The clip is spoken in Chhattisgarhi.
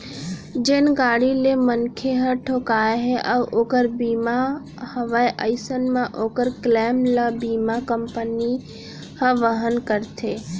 जेन गाड़ी ले मनखे ह ठोंकाय हे अउ ओकर बीमा हवय अइसन म ओकर क्लेम ल बीमा कंपनी ह वहन करथे